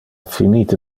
finite